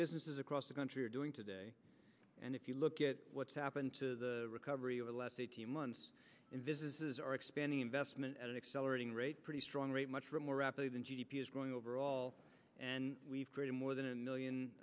businesses across the country are doing today and if you look at what's happened to recovery over the last eighteen months in businesses are expanding investment at an accelerating rate pretty strong rate much more rapidly than g d p is growing overall and we've created more than a million